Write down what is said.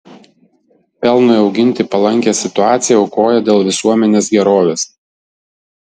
pelnui auginti palankią situaciją aukoja dėl visuomenės gerovės